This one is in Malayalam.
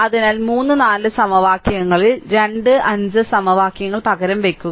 അതിനാൽ 3 4 സമവാക്യങ്ങളിൽ 2 5 സമവാക്യങ്ങൾ പകരം വയ്ക്കുക